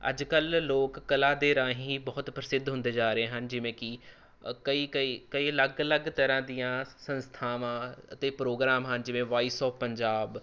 ਅੱਜ ਕੱਲ੍ਹ ਲੋਕ ਕਲਾ ਦੇ ਰਾਹੀਂ ਬਹੁਤ ਪ੍ਰਸਿੱਧ ਹੁੰਦੇ ਜਾ ਰਹੇ ਹਨ ਜਿਵੇਂ ਕਿ ਕਈ ਕਈ ਕਈ ਅਲੱਗ ਅਲੱਗ ਤਰ੍ਹਾਂ ਦੀਆਂ ਸੰਸਥਾਵਾਂ ਅਤੇ ਪ੍ਰੋਗਰਾਮ ਹਨ ਜਿਵੇਂ ਵਾਈਸ ਓਫ ਪੰਜਾਬ